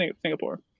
Singapore